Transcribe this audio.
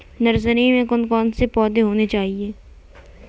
Nursery में कौन कौन से पौधे होने चाहिए?